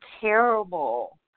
terrible